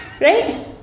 right